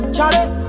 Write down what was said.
Charlie